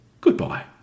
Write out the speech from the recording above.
goodbye